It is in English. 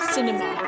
Cinema